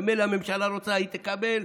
ממילא הממשלה רוצה, היא תקבל.